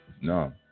no